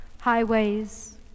highways